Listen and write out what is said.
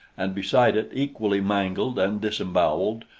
and beside it, equally mangled, and disemboweled,